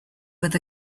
with